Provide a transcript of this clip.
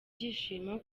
ibyishimo